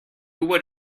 would